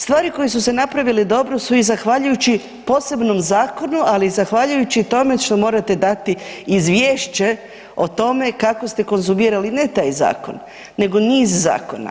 Stvari koje su se napravile dobro su i zahvaljujući posebnom zakonu, ali i zahvaljujući tome što morate dati izvješće o tome kako ste konzumirali ne taj zakon, nego niz zakona.